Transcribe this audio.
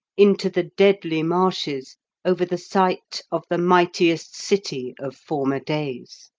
into the deadly marshes over the site of the mightiest city of former days.